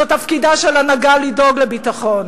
זה תפקידה של הנהגה לדאוג לביטחון,